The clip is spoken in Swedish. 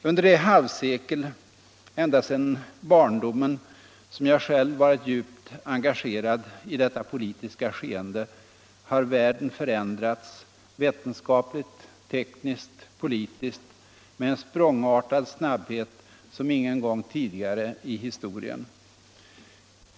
Under det halvsekel — ända sedan barndomen — som jag själv varit djupt engagerad i detta politiska skeende har världen förändrats — vetenskapligt, tekniskt, politiskt — med en språngartad snabbhet som ingen gång tidigare i historien.